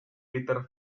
peter